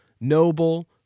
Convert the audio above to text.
noble